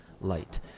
light